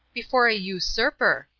before a usurper?